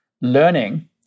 learning